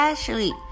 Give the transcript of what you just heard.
Ashley 。